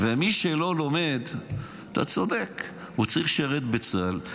ומי שלא לומד, אתה צודק, הוא צריך לשרת בצה"ל.